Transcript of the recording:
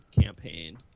campaign